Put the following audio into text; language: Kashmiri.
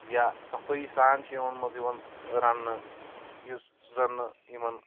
یا صفٲیی سان چھِ یِمن منٛز یِوان رَننہٕ یُس زَن نہٕ یِمن